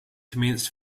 commenced